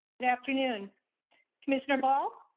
and afternoon commissioner ball.